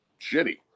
shitty